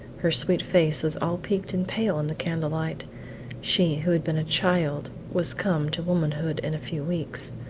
her sweet face was all peeked and pale in the candle-light she who had been a child was come to womanhood in a few weeks.